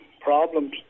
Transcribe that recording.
problems